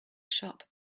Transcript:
sharp